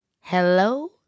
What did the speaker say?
hello